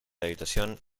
habitación